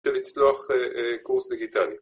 ולצלוח קורס דיגיטלי